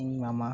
ᱤᱧ ᱢᱟᱢᱟ